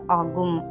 agum